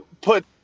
put